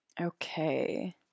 Okay